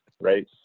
right